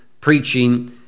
preaching